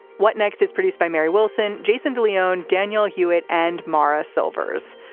what next is produced by mary wilson? jason de leon, daniel hewitt and morra silvers.